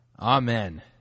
Amen